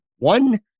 One